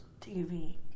TV